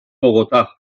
bogotá